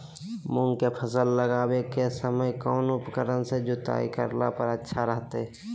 मूंग के फसल लगावे के समय कौन उपकरण से जुताई करला पर अच्छा रहतय?